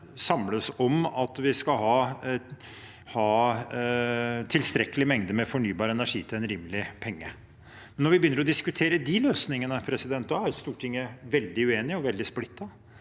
samles om at vi skal ha tilstrekkelig mengde med fornybar energi til en rimelig penge. Når vi begynner å diskutere de løsningene, er Stortinget veldig uenig og veldig splittet.